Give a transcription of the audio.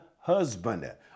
husband